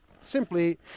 simply